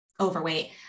overweight